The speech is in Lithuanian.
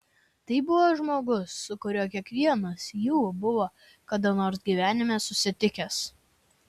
tai buvo žmogus su kuriuo kiekvienas jų buvo kada nors gyvenime susitikęs